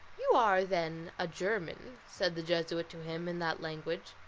you are, then, a german? said the jesuit to him in that language.